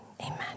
amen